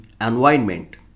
environment